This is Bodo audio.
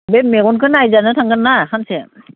बे मेगनखौ नायजानो थांगोना हा सानसे